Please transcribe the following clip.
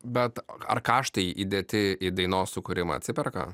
bet ar kaštai įdėti į dainos sukūrimą atsiperka